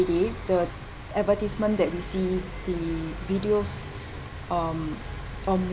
day the advertisement that we see the videos um um